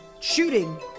shooting